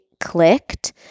clicked